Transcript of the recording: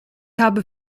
habe